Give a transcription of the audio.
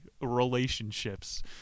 relationships